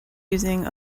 using